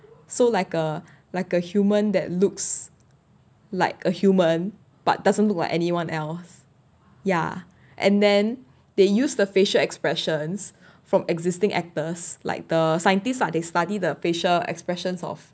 so like a like a human that looks like a human but doesn't look like anyone else ya and then they use the facial expressions from existing actors like the scientists are they study the facial expressions of